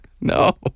No